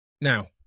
Now